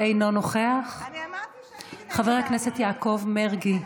אינו נוכח, חבר הכנסת יעקב מרגי,